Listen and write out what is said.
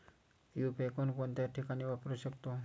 UPI कोणकोणत्या ठिकाणी वापरू शकतो?